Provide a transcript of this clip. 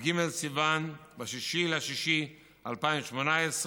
בכ"ג בסיוון, ב-6 ביוני 2018,